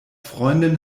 freundin